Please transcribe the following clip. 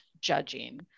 judging